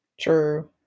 true